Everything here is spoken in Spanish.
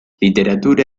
literatura